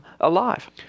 alive